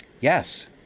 Yes